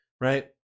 right